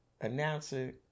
announcer